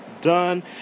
done